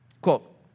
quote